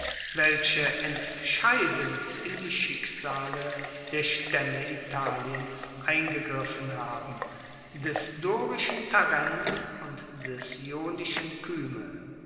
welche entscheidend in die schicksale der staemme italiens eingegriffen haben des dorischen tarent und des ionischen kyme